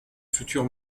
future